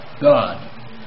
God